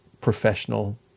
professional